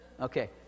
Okay